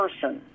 person